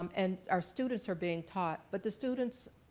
um and our students are being taught, but the students,